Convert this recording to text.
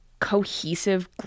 cohesive